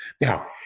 Now